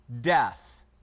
death